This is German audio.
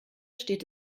steht